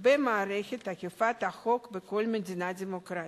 במערכת אכיפת החוק בכל מדינה דמוקרטית.